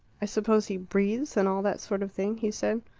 i suppose he breathes, and all that sort of thing? he said.